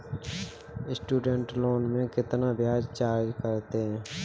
Student loan में कितना ब्याज चार्ज करते हैं?